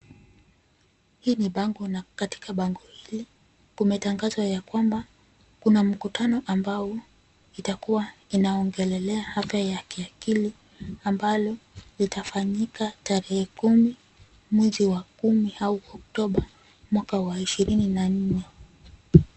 Hili ni bango, na katika bango hili kumetangazwa ya kwamba kuna mkutano ambao itakuwa inaongelelea afya ya ki akili ambalo litafanyika tarehe kumi mwezi wa kumi au oktoba mwaka wa ishirini na nne.